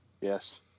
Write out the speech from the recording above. yes